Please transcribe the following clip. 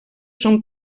són